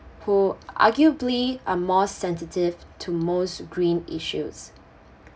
who arguably are more sensitive to most green issues